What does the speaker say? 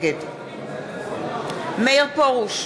נגד מאיר פרוש,